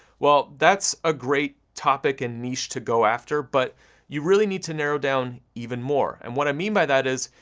well, that's a great topic and niche to go after, but you really need to narrow down even more, and what i mean by that is,